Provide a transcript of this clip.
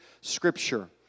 Scripture